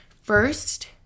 first